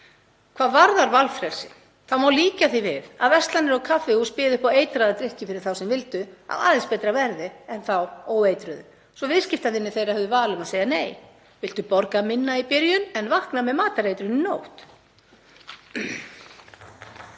Hvað varðar valfrelsi má líkja því við að verslanir og kaffihús byðu upp á eitraða drykki fyrir þá sem vildu á aðeins betra verði en þá óeitruðu svo að viðskiptavinir þeirra hefðu val um að segja nei. Viltu borga minna í byrjun en vakna með matareitrun í nótt?